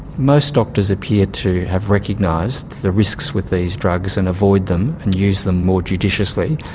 most doctors appear to have recognised the risks with these drugs and avoid them, and use them more judiciously.